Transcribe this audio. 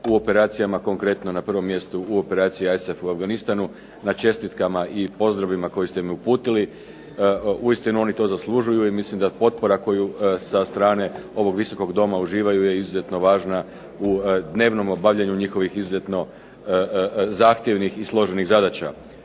u operacijama konkretno na prvom mjestu u operaciji ISAF u Afganistanu na čestitkama i pozdravima koje ste im uputili. Uistinu oni to zaslužuju i mislim da potpora koju sa strane ovog Visokog doma uživaju je izuzetno važna u dnevnom obavljanju njihovih izuzetno zahtjevnih i složenih zadaća.